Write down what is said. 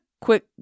Quick